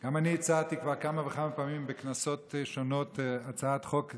גם אני הצעתי כבר כמה וכמה פעמים בכנסות שונות הצעת חוק דומה,